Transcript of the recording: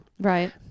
Right